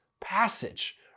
passage